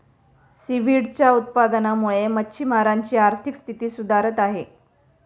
सीव्हीडच्या उत्पादनामुळे मच्छिमारांची आर्थिक स्थिती सुधारत आहे